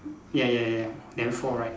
ya ya ya then four right